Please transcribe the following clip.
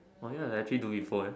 orh ya I actually do before eh